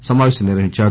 సమాపేశం నిర్వహించారు